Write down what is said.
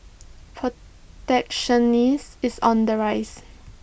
protectionism is on the rise